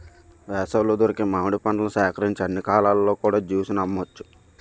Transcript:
వేసవిలో దొరికే మామిడి పండ్లను సేకరించి అన్ని కాలాల్లో కూడా జ్యూస్ ని అమ్మవచ్చు